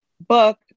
book